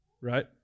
right